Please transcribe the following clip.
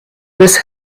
this